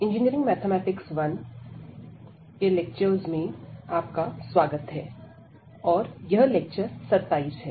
engineering mathematics 1 के lectures में आपका स्वागत है और यह लेक्चर 27 है